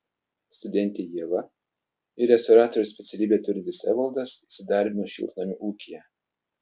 studentė ieva ir restauratoriaus specialybę turintis evaldas įsidarbino šiltnamių ūkyje